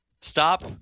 Stop